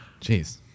Jeez